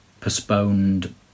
postponed